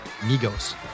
Migos